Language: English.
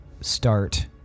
start